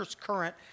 current